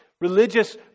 religious